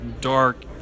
dark